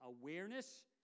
Awareness